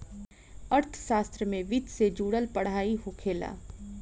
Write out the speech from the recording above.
अर्थशास्त्र में वित्तसे से जुड़ल पढ़ाई होखेला